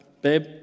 babe